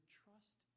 trust